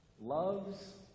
loves